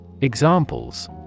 Examples